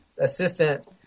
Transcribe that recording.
assistant